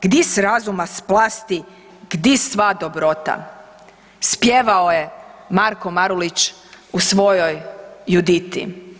Gdi s' razuma splasti, gdi s' sva dobrota?, spjevao je Marko Marulić u svojoj Juditi.